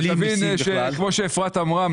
כמו שאפרת אמרה,